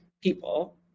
people